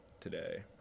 today